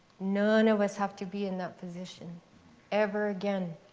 none of us have to be in that position ever again.